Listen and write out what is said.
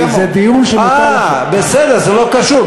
זה דיון שניתן לך, אה, בסדר, זה לא קשור.